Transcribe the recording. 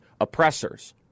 oppressors